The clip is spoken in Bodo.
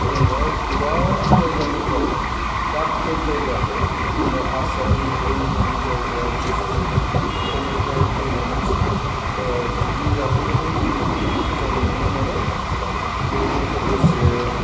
जों बावहाय गोबां जायगानिफ्राय दाब दाब जायगा बे आसामनि गुबुन गुबुन जायगा दिसथ्रिख फोरनिफ्राय फैनानै सिफथ ओह फिकनिक जाफैनायखौ जों नुनो मोनो बेजों लोगोसे